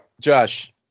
Josh